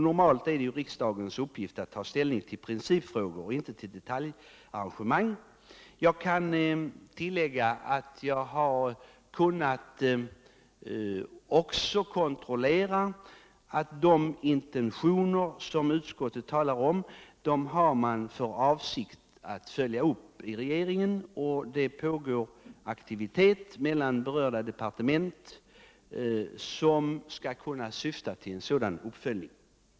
Normalt är det ju riksdagens uppgift att ta ställning i principfrågor och inte till detaljarrangemang. Jag kan tillägga att jag också har kunnat kontrollera att man har för avsikt att i regeringen följa upp de intentioner som utskottet talar om samt att det mellan berörda departement pågår cn aktivitet som syftar till en sådan uppföljning.